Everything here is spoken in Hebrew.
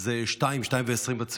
זה מ-14:00,